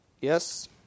yes